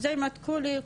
היא אומרת שיש אלוהים.